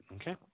okay